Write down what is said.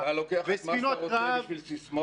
-- אתה לוקח את מה שאתה רוצה בשביל סיסמאות.